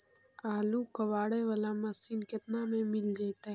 आलू कबाड़े बाला मशीन केतना में मिल जइतै?